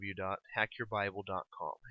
www.hackyourbible.com